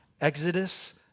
Exodus